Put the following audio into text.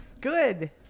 Good